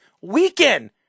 weekend